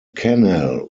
canal